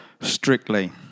strictly